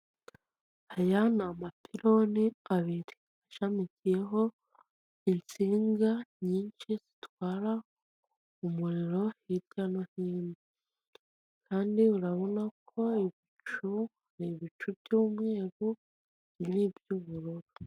Aya ni amapironi abiri ashamikiyeho insinga nyinshi zitwara umuriro hirya no hino kandi urabona ko ibicu ni ibicu byu'mweru n'iby'ubururu.